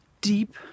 deep